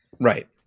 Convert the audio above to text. Right